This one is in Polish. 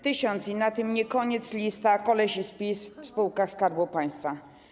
Tysiąc - na tym nie koniec listy - kolesi z PiS w spółkach Skarbu Państwa.